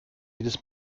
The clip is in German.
jedes